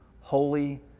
Holy